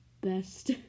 best